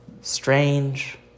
strange